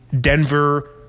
Denver